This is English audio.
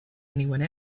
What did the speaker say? anyone